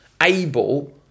able